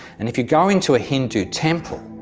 and if you go into a hindu temple,